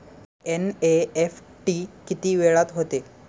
NEFT किती वेळात होते?